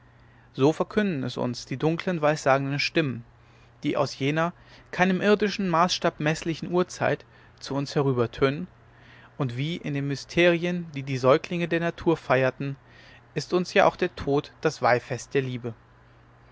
so verkünden es uns die dunklen weissagenden stimmen die aus jener keinem irdischen maßstab meßlichen urzeit zu uns herübertönen und wie in den mysterien die die säuglinge der natur feierten ist uns ja auch der tod das weihfest der liebe